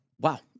Wow